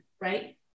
right